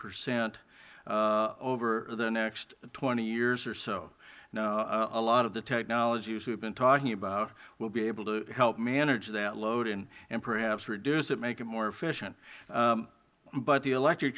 percent over the next twenty years or so now a lot of the technologies we have been talking about will be able to help manage that load and perhaps reduce it make it more efficient but the electric